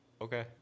Okay